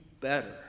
better